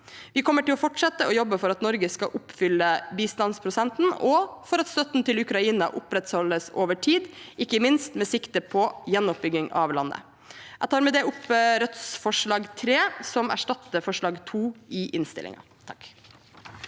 Vi kommer til å fortsette å jobbe for at Norge skal oppfylle bistandsprosenten, og for at støtten til Ukraina opprettholdes over tid, ikke minst med sikte på gjenoppbygging av landet. Jeg tar med det opp Rødts forslag, nr. 3, som erstatter forslag nr. 2 i innstillingen.